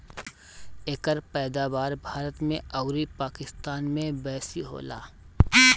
एकर पैदावार भारत अउरी पाकिस्तान में बेसी होला